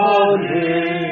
Holy